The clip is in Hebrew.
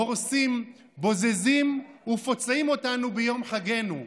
הורסים, בוזזים ופוצעים אותנו ביום חגנו.